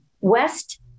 West